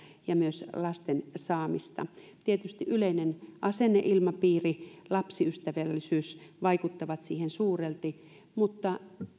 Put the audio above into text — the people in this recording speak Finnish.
ja myös lasten saamista tietysti yleinen asenneilmapiiri ja lapsiystävällisyys vaikuttavat siihen suurelti mutta